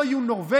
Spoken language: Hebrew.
שלא יהיו נורבגים?